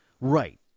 Right